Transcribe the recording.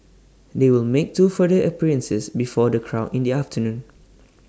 they will make two further appearances before the crowd in the afternoon